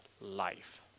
life